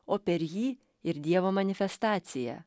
o per jį ir dievo manifestaciją